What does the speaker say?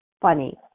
funny